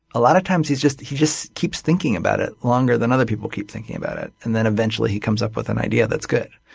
a lot of times he just he just keeps thinking about it longer than other people keep thinking about it, and then eventually he comes up with an idea that's good.